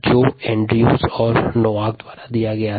इस मॉडल को एंड्रयूज और नोआक द्वारा दिया गया था